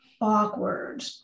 awkward